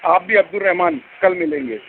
آپ بھی عبدالرحمٰن کل ملیں گے